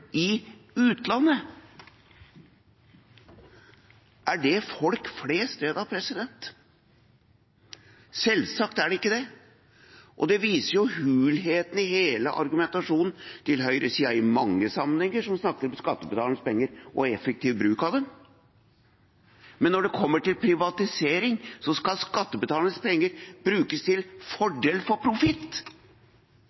i utlandet. Er det folk flest det, da? Selvsagt er det ikke det, og det viser hulheten i hele argumentasjonen til høyresiden i mange sammenhenger. De snakker om skattebetalernes penger og effektiv bruk av dem, men når det kommer til privatisering, så skal skattebetalernes penger brukes til fordel for